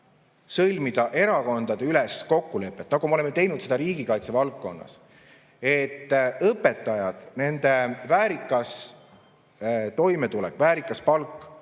sõlmida erakondadeülese kokkuleppe, nagu me oleme selle teinud riigikaitse valdkonnas, et õpetajate väärikas toimetulek, väärikas palk on